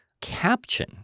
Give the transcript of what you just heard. caption